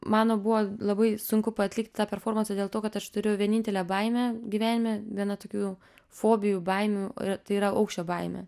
man buvo labai sunku atlikti tą performansą dėl to kad aš turiu vienintelę baimę gyvenime viena tokių fobijų baimių tai yra aukščio baimė